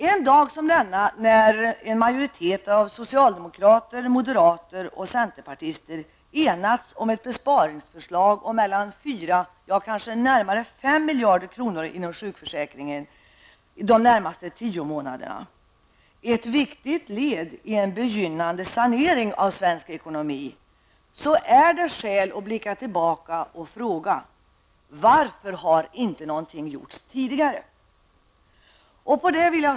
En dag som denna när en majoritet av socialdemokrater, moderater och centerpartister enats om ett förslag till en besparing på 4, kanske närmare 5, miljarder inom sjukförsäkringen -- ett viktigt led i en begynnande sanering av svensk ekonomi -- finns det skäl att blicka tillbaka och fråga: Varför har inte någonting gjorts tidigare?